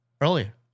earlier